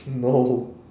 no